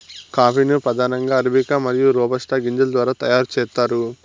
coffee ను ప్రధానంగా arabica మరియు రోబస్టా గింజల ద్వారా తయారు చేత్తారు